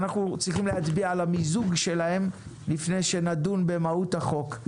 ואנחנו צריכים להצביע על המיזוג שלהן לפני שנדון במהות החוק.